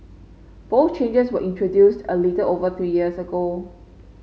both changes were introduced a little over three years ago